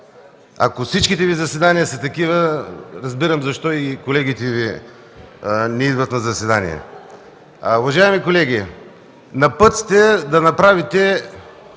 Ако всичките Ви заседания са такива – разбирам защо колегите не идват на заседания. Уважаеми колеги, на път сте да направите